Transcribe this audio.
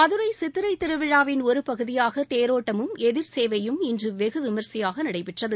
மதுரை சித்திரைத் திருவிழாவின் ஒரு பகுதியாக தேரோட்டமும் எதிர்சேவையும் இன்று வெகு விமரிசையாக நடைபெற்றது